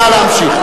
נא להמשיך.